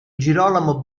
girolamo